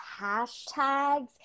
hashtags